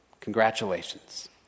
Congratulations